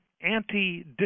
anti